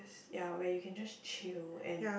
ya where you can just chill and